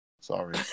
sorry